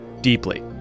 deeply